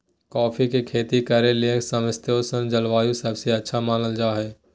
coffee के खेती करे ले समशितोष्ण जलवायु सबसे अच्छा मानल जा हई